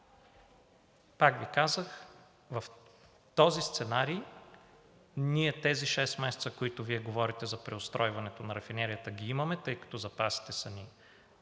пак Ви казах, в този сценарий ние тези шест месеца, които Вие говорите за преустройването на рафинерията, ги имаме, тъй като запасите са ни